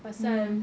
pasal